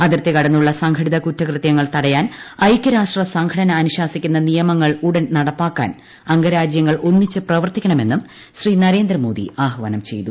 അതിർത്തികടന്നുളള സംഘടിത കുറ്റകൃത്യങ്ങൾ തടയാൻ ഐക്യരാഷ്ട്ര സംഘടന അനുശാസിക്കുന്ന നിയ്മങ്ങൾ ഉടൻ നടപ്പാക്കാൻ അംഗരാജ്യങ്ങൾ ഒന്നിച്ചു പ്രവർത്തിക്കണമെന്ന് ശ്രീ നരേന്ദ്രമോദി ആഹ്വാനം ചെയ്തു